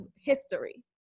history